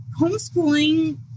homeschooling